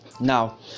Now